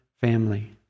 family